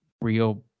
real